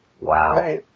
Wow